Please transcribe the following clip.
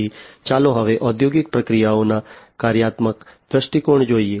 તેથી ચાલો હવે ઔદ્યોગિક પ્રક્રિયાઓના કાર્યાત્મક દૃષ્ટિકોણ જોઈએ